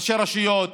ראשי רשויות.